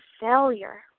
failure